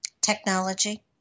technology